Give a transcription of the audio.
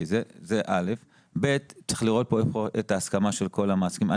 שנית, צריך לראות כאן את ההסכמה של כל המעסיקים.